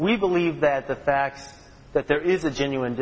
we believe that the fact that there is a genuine